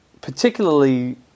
particularly